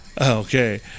okay